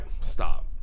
stop